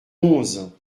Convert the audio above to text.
onze